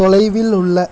தொலைவில் உள்ள